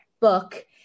book